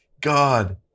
God